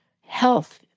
health